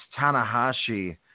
Tanahashi